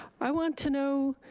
i want to know